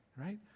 right